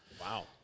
Wow